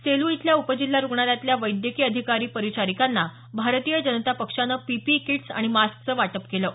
सेलुच्या इथल्या उपजिल्हा रुग्णालयातल्या वैद्यकीय अधिकारी परिचारिकांना भारतीय जनता पक्षानं पीपीई किट्स आणि मास्कचं वाटप केलं आहे